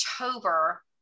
October